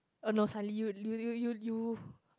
oh no suddenly you you you you